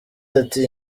ati